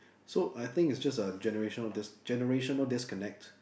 so I think it's just a generational dis~ generational disconnect